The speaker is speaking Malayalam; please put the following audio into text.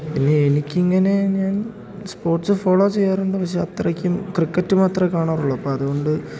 പിന്നെ എനിക്കിങ്ങനെ ഞാൻ സ്പോർട്സ് ഫോളോ ചെയ്യാറുണ്ട് പക്ഷേ അത്രയ്ക്കും ക്രിക്കറ്റ് മാത്രമേ കാണാറുള്ളൂ അപ്പം അതുകൊണ്ട്